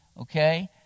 okay